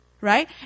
right